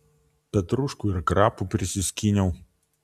petruškų ir krapų prisiskyniau